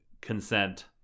consent